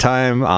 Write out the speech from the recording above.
Time